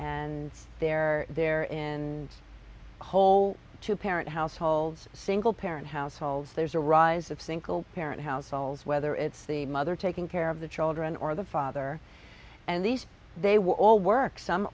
and they're there in whole two parent households single parent households there's a rise of single parent households whether it's the mother taking care of the children or the father and these they will all work some